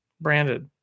branded